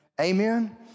Amen